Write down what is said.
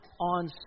on